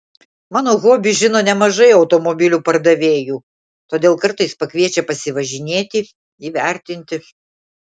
mano hobį žino nemažai automobilių pardavėjų todėl kartais pakviečia pasivažinėti įvertinti